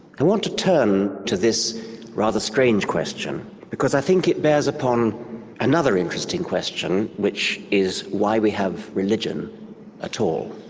i want to turn to this rather strange question because i think it bears upon another interesting question which is why we have religion ah at all.